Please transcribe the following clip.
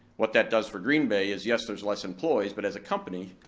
what that does for green bay is, yes there's less employees, but as a company,